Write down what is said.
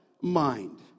mind